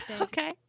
Okay